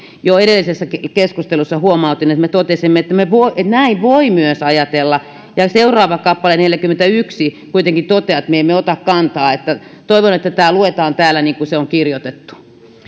jo edellisessä keskustelussa huomautin että me totesimme että näin voi myös ajatella mutta seuraava kappale neljäkymmentäyksi kuitenkin toteaa että me emme ota kantaa toivon että tämä luetaan täällä niin kuin se on kirjoitettu